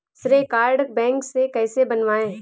श्रेय card bank से कैसे बनवाएं?